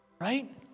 Right